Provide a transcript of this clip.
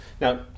Now